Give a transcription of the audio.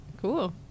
Cool